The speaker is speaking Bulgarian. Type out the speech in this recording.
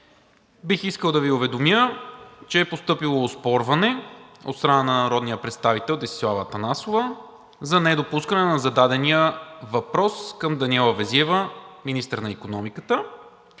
Бих искал да Ви уведомя, че е постъпило оспорване от страна на народния представител Десислава Атанасова за недопускане на зададения въпрос към Даниела Везиева – служебен министър на икономиката.